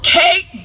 take